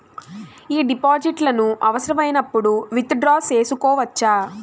ఈ డిపాజిట్లను అవసరమైనప్పుడు విత్ డ్రా సేసుకోవచ్చా?